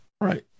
right